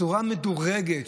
הצורה המדורגת,